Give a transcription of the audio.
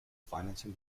financing